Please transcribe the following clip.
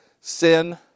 sin